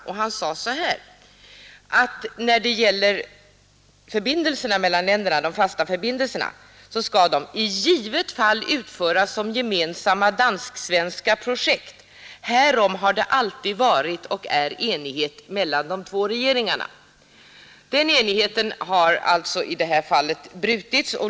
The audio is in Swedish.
Vidare sade han: När det de de fasta förbindelserna mellan länderna skulle dessa i givet fall utföras som gemensamma dansk-svenska projekt; härom hade det alltid varit och är enighet mellan de två regeringarna. Den enigheten har alltså brutits.